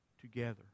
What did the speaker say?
together